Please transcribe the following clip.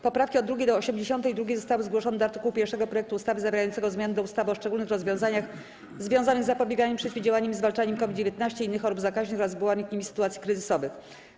Poprawki od 2. do 82. zostały zgłoszone do art. 1 projektu ustawy zawierającego zmiany w ustawie o szczególnych rozwiązaniach związanych z zapobieganiem, przeciwdziałaniem i zwalczaniem COVID-19, innych chorób zakaźnych oraz wywołanych nimi sytuacji kryzysowych.